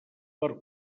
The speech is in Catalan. per